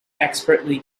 expertly